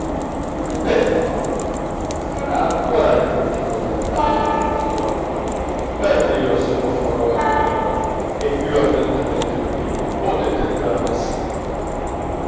ebbene farà ancora il critico teatrale emilio zola perdio se lo farò ancora e più ardentemente di prima potete andarne sicuri